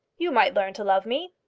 you might learn to love me.